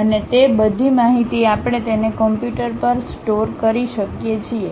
અને તે બધી માહિતી આપણે તેને કમ્પ્યુટર પર સ્ટોર કરી શકીએ છીએ